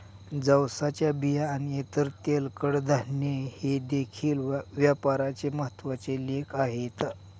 जवसाच्या बिया आणि इतर तेलकट धान्ये हे देखील व्यापाराचे महत्त्वाचे लेख आहेत